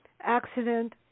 accident